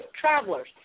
Travelers